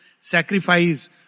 sacrifice